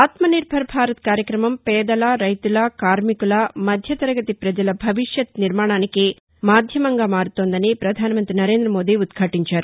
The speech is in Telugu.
ఆత్ననిర్బర్భారత్ కార్యక్రమం పేదల రెతుల కార్మికుల మధ్యతరగతి పజల భవిష్యత్నిర్మాణానికి మాథ్యమంగా మారుతోందని పధానమంతి నరేందమోదీ ఉద్భటించారు